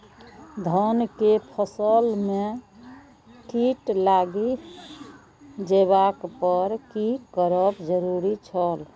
धान के फसल में कीट लागि जेबाक पर की करब जरुरी छल?